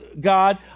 God